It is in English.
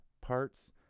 parts